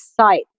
site